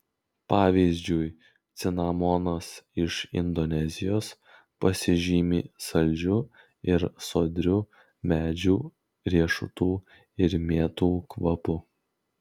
pavyzdžiui cinamonas iš indonezijos pasižymi saldžiu ir sodriu medžių riešutų ir mėtų kvapu